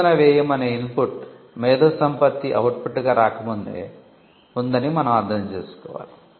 పరిశోధనా వ్యయం అనే ఇన్పుట్ మేధోసంపత్తి అవుట్పుట్గా రాకముందే ఉందని మనం అర్థం చేసుకోవాలి